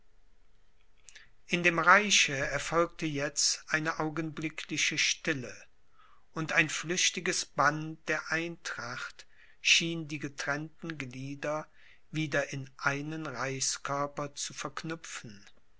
in dem reiche erfolgte jetzt eine augenblickliche stille und ein flüchtiges band der eintracht schien die getrennten glieder wieder in einen reichskörper zu verknüpfen